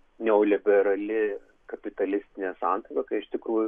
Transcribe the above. neoliberali kapitalistinė santvarka iš tikrųjų